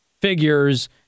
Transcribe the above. figures